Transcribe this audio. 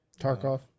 Tarkov